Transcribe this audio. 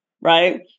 right